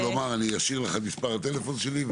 אשאיר לך את מספר הטלפון שלי,